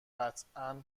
قطعا